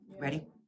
Ready